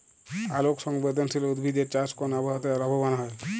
আলোক সংবেদশীল উদ্ভিদ এর চাষ কোন আবহাওয়াতে লাভবান হয়?